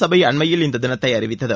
சனப அண்மயில் இந்த தின்த்தை அறிவித்தது